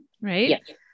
right